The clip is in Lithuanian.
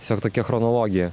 tiesiog tokia chronologija